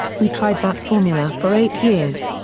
we tried that formula for eight years.